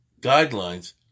guidelines